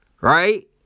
right